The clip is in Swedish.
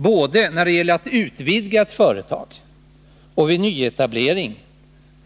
Både vid utvidgning av ett företag och vid nyetablering